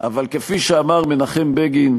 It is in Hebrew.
אבל כפי שאמר מנחם בגין,